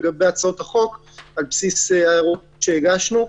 לגבי הצעות החוק על בסיס ההערות שהגשנו.